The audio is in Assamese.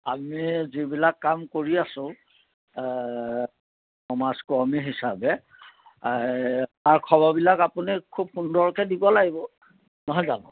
আমি যিবিলাক কাম কৰি আছো সমাজকৰ্মী হিচাপে তাৰ খবৰবিলাক আপুনি খুব সুন্দৰকৈ দিব লাগিব নহয় জানো